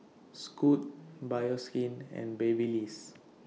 Scoot Bioskin and Babyliss